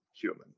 human